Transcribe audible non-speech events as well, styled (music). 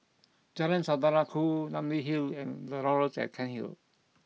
(noise) Jalan Saudara Ku Namly Hill and The Laurels at Cairnhil (noise) l